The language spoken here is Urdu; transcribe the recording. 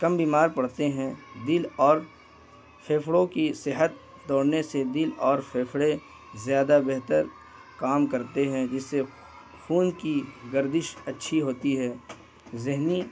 کم بیمار پڑتے ہیں دل اور پھیپھڑوں کی صحت دوڑنے سے دل اور پھیپھڑے زیادہ بہتر کام کرتے ہیں جس سے خون کی گردش اچھی ہوتی ہے ذہنی